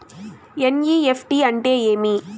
NEFT అంటే ఏమి